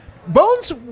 bones